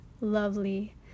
lovely